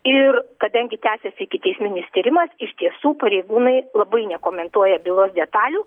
ir kadangi tęsiasi ikiteisminis tyrimas iš tiesų pareigūnai labai nekomentuoja bylos detalių